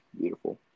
Beautiful